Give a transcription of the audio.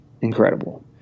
incredible